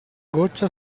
goccia